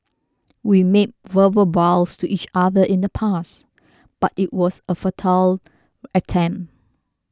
we made verbal vows to each other in the past but it was a futile attempt